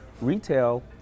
retail